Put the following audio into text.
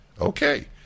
Okay